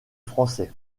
français